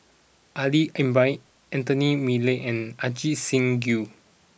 Ali Ibrahim Anthony Miller and Ajit Singh Gill